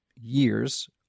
years